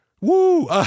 woo